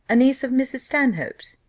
a niece of mrs. stanhope's?